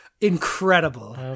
incredible